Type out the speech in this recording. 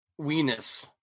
Weenus